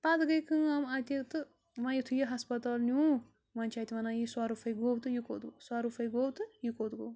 پَتہٕ گٔے کٲم اَتہِ تہٕ وَنۍ یُتھُے یہِ ہَسپَتال نیوٗکھ ونۍ چھِ اَتہِ وَنان یہِ سۄرُپھے گوٚو تہٕ یہِ کوٚت گوٚو سورُپھے گوٚو تہٕ یہِ کوٚت گوٚو